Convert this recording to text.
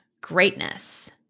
greatness